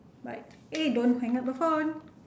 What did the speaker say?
bye eh don't hang up the phone